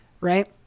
right